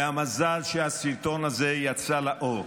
מזל שהסרטון הזה יצא לאור.